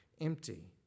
empty